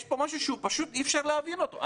יש פה משהו שפשוט אי אפשר להבין אותו.